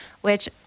Which-